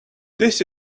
this